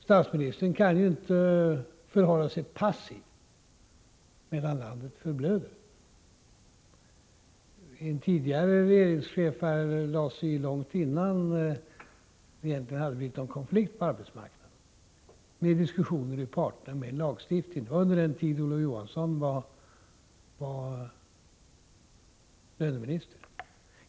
Statsministern kan ju inte förhålla sig passiv medan landet förblöder. En tidigare regeringschef lade sig i förhandlingarna långt innan det egentligen hade blivit någon konflikt på arbetsmarknaden och gick in med diskussioner med parterna och med en lagstiftning — det var under den tid då Olof Johansson var löneminister.